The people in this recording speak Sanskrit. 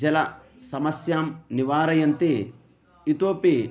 जलसमस्यां निवारयन्ति इतोऽपि